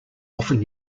often